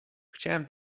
chciałem